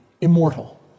immortal